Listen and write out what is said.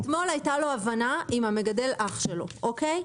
אתמול הייתה לו הבנה עם המגדל אח שלו אוקיי?